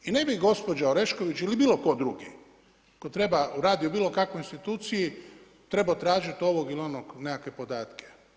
I ne bi gospođa Orešković ili bilo tko drugi tko treba radi u bilo kakvoj instituciji trebao tražiti ovog ili onog nekakve podatke.